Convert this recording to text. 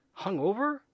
Hungover